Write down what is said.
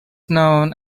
known